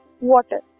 water